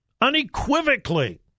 unequivocally